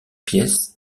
pièce